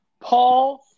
Paul